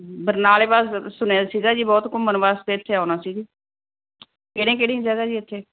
ਬਰਨਾਲੇ ਪਾਸ ਸੁਣਿਆ ਸੀਗਾ ਜੀ ਬਹੁਤ ਘੁੰਮਣ ਵਾਸਤੇ ਇੱਥੇ ਆਉਣਾ ਸੀ ਜੀ ਕਿਹੜੀਆਂ ਕਿਹੜੀਆਂ ਜਗ੍ਹਾ ਜੀ ਇੱਥੇ